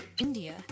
India